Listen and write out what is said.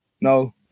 No